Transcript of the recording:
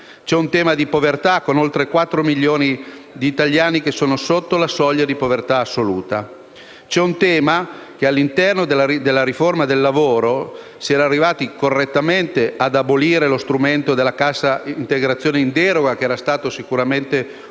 C'è il tema della povertà, con oltre 4 milioni di italiani che sono sotto la soglia di povertà assoluta. C'è la riforma del lavoro, con la quale si era arrivati correttamente ad abolire lo strumento della cassa integrazione in deroga, che era stato sicuramente usato